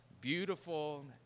beautiful